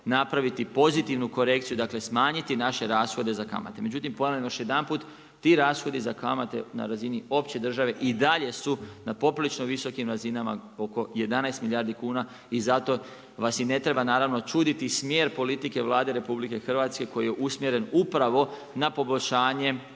napraviti pozitivnu korekciju dakle smanjiti naše rashode za kamate. Međutim, ponavljam još jedanput ti rashodi za kamate na razini opće države i dalje su na poprilično visokim razinama oko 11 milijardi kuna i zato vas i ne treba čuditi smjer politike Vlade RH koji je usmjeren upravo na poboljšanje